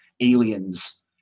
aliens